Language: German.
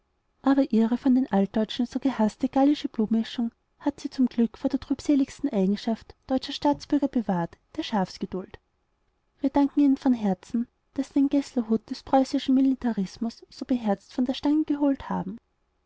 aber ihre von den alldeutschen so gehaßte gallische blutmischung hat sie zum glück vor der trübseligsten eigenschaft deutscher staatsbürger bewahrt der schafsgeduld wir danken ihnen von herzen daß sie den geßler-hut des preußischen militarismus so beherzt von der stange geholt haben